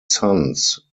sons